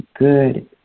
good